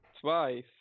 Twice